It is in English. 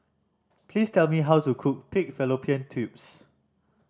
please tell me how to cook pig fallopian tubes